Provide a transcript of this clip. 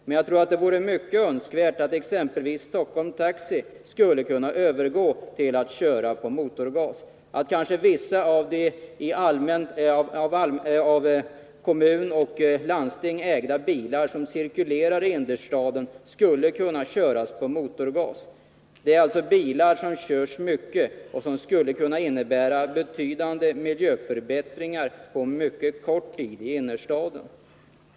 Men det vore säkert mycket önskvärt att exempelvis Stockholms Taxi skulle kunna övergå till att köra på motorgas liksom att vissa av kommun och landsting ägda bilar som cirkulerar i innerstaden skulle kunna göra det. Jag avser alltså bilar som körs mycket, och en övergång till motorgasdrift skulle i det fallet kunna innebära betydande miljöförbättringar i innerstaden på mycket kort tid.